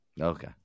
Okay